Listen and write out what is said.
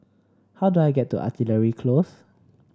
how do I get to Artillery Close